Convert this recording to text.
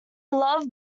loved